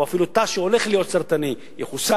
או אפילו תא שהולך להיות סרטני יחוסל.